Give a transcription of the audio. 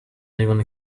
anyone